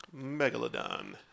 Megalodon